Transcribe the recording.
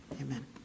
amen